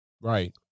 Right